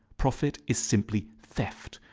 profit is simply theft,